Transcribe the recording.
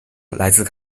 来自